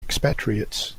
expatriates